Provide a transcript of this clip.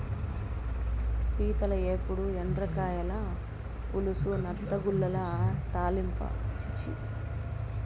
పీతల ఏపుడు, ఎండ్రకాయల పులుసు, నత్తగుల్లల తాలింపా ఛీ ఛీ